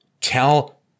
Tell